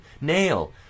nail